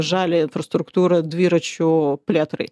žaliąją infrastruktūrą dviračių plėtrai